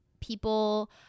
People